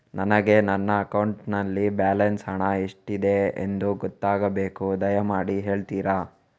ನನಗೆ ನನ್ನ ಅಕೌಂಟಲ್ಲಿ ಬ್ಯಾಲೆನ್ಸ್ ಹಣ ಎಷ್ಟಿದೆ ಎಂದು ಗೊತ್ತಾಗಬೇಕು, ದಯಮಾಡಿ ಹೇಳ್ತಿರಾ?